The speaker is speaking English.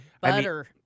butter